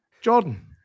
Jordan